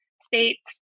states